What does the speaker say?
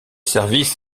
services